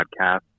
podcast